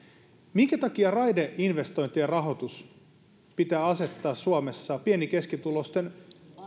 minkä takia raideinvestointien rahoitus pitää asettaa suomessa pieni ja keskituloisten